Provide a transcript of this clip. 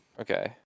Okay